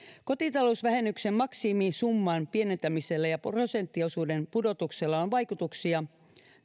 kotitalousvähennyksen maksimisumman pienentämisellä ja prosenttiosuuden pudotuksella on vaikutuksia